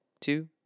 two